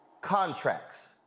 contracts